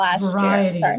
variety